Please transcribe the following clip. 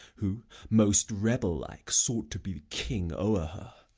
who, most rebel-like, sought to be king o'er her.